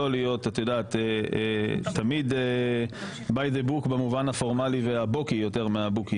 לנהוג תמיד לפי הספר במובן הפורמלי וה-בוקי יותר מה-בוקינג,